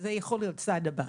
זה יכול להיות הצעד הבא,